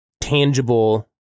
tangible